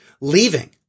leaving